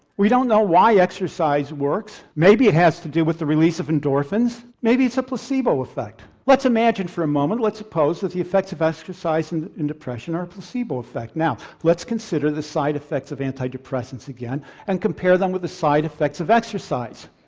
we don't know why exercise works. maybe it has to do with the release of endorphins. maybe it's a placebo effect. let's imagine for a moment, let's suppose with the effects of exercise and in depression are a placebo effect. now let's consider the side effects of antidepressants again and compare them with the side effects of exercise.